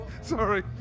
Sorry